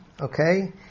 Okay